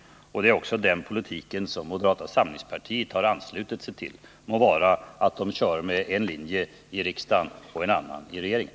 Det är också den politiken som moderata samlingspartiet har anslutit sig till — må vara att de kör med en annan linje i riksdagen.